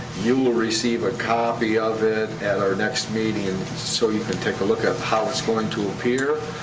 you will receive a copy of it at our next meeting and so you can take a look at how it's going to appear.